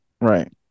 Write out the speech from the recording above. right